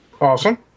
Awesome